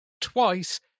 Twice